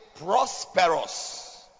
prosperous